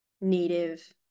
native